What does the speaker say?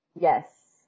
yes